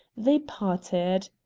they parted.